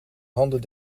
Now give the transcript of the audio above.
handen